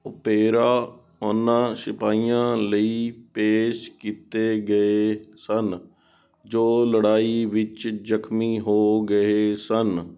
opera ਉਨ੍ਹਾਂ ਸਿਪਾਹੀਆਂ ਲਈ ਪੇਸ਼ ਕੀਤੇ ਗਏ ਸਨ ਜੋ ਲੜਾਈ ਵਿੱਚ ਜ਼ਖ਼ਮੀ ਹੋ ਗਏ ਸਨ